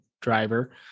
driver